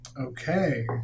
Okay